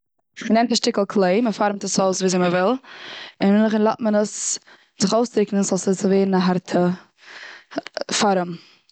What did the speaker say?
מ'נעמט א שטיקל קלעי, אין מ'פארעמט עס אויס. און נאך דעם לאזט מען עס זיך אויסטריקענען, סאו ס'זאל ווערן א הארטע פארעם.